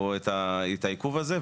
או את העיכוב הזה,